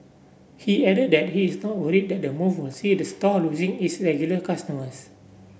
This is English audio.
he added that he is not worried that the move will see the store losing its regular customers